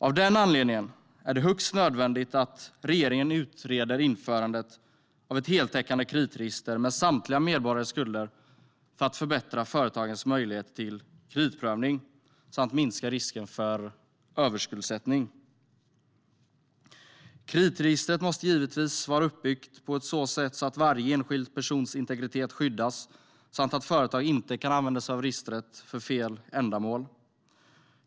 Av den anledningen är det nödvändigt att regeringen utreder införandet av ett heltäckande kreditregister med samtliga medborgares skulder för att förbättra företagens möjligheter till kreditprövning och minska risken för överskuldsättning. Kreditregistret måste givetvis vara uppbyggt så att varje enskild persons integritet skyddas och att företag inte kan använda sig av registret för fel ändamål.